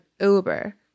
Uber